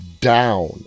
down